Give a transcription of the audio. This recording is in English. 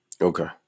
Okay